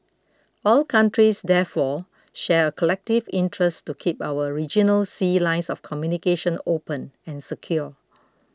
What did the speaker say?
all countries therefore share a collective interest to keep our regional sea lines of communication open and secure